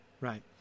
right